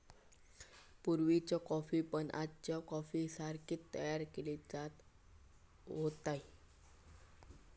पुर्वीची कॉफी पण आजच्या कॉफीसारखी तयार केली जात होती